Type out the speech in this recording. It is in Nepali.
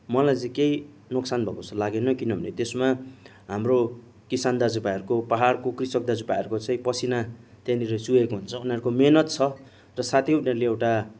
मलाई चाहिँ केही नोक्सान भएको जस्तो लागेन किनभने त्यसमा हाम्रो किसान दाजुभाइहरूको पाहाडको कृषक दाजुभाइहरूको चाहिँ पसिना त्यहाँनिर चुहेको हुन्छ उनारको मेहनत छ र साथै उनारले एउटा